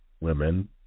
women